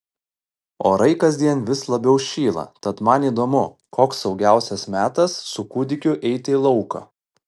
orai kasdien vis labiau šyla tad man įdomu koks saugiausias metas su kūdikiu eiti į lauką